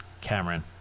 Cameron